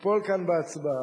תיפול כאן בהצבעה,